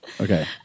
Okay